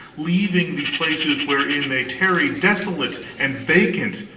leaving the places wherein they tarried desolate and vacant,